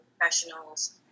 professionals